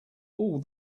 all